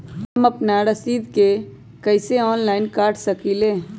हम अपना जमीन के रसीद कईसे ऑनलाइन कटा सकिले?